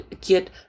get